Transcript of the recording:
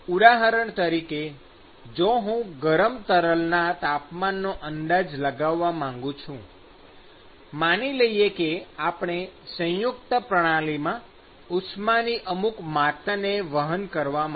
ઉદાહરણ તરીકે જો હું ગરમ તરલનાં તાપમાનનો અંદાજ લગાવવા માગું છું માની લઈએ કે આપેલ સંયુકત પ્રણાલીમાં ઉષ્માની અમુક માત્રાને વહન કરવા માટે